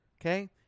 Okay